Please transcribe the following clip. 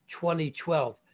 2012